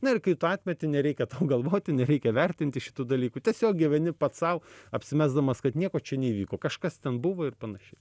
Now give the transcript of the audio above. na ir kai atmeti nereikia galvoti nereikia vertinti šitų dalykų tiesiog gyveni pats sau apsimesdamas kad nieko čia neįvyko kažkas ten buvo ir panašiai